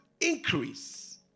increase